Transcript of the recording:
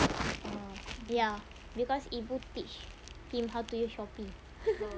ya because ibu teach him how to use shopee